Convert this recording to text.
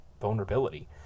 vulnerability